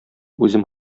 үзем